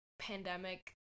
pandemic